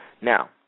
Now